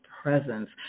presence